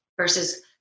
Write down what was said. Versus